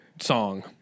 song